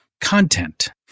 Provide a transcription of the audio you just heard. content